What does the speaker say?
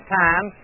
time